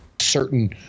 certain